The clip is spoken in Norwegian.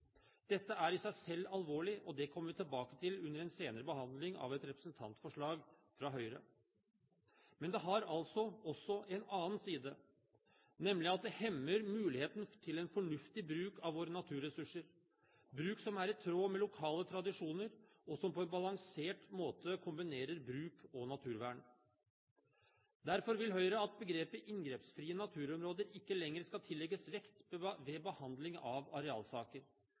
Dette er i seg selv alvorlig, og det kommer vi tilbake til under en senere behandling av et representantforslag fra Høyre. Men det har altså også en annen side, nemlig at det hemmer muligheten til en fornuftig bruk av våre naturressurser – bruk som er i tråd med lokale tradisjoner, og som på en balansert måte kombinerer bruk og naturvern. Derfor vil Høyre at begrepet «inngrepsfrie naturområder» ikke lenger skal tillegges vekt ved behandling av arealsaker.